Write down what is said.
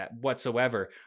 whatsoever